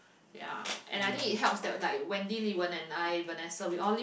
ya and I think it helps that like Wendy Li-wen and I Vanessa we all live